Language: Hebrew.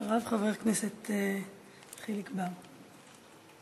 אחריו, חבר הכנסת חיליק בר.